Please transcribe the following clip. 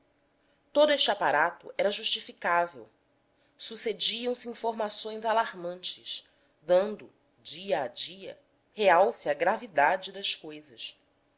todo este aparato era justificável sucediam-se informações alarmantes dando dia a dia realce à gravidade das cousas